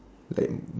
like